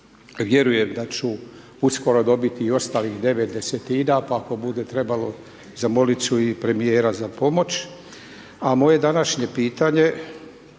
Vjerujem da ću uskoro dobiti i ostalih 9 desetina pa ako bude trebalo, zamolit ću i premjera za pomoć. A moje današnje pitanje,